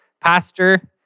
pastor